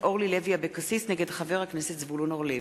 אורלי לוי אבקסיס נגד חבר הכנסת זבולון אורלב.